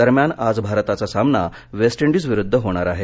दरम्यान आज भारताचा सामना वेस्ट इंडिज संघाबरोबर होणार आहे